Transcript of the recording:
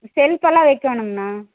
செல்ஃபெல்லாம் வைக்கணுங்ணா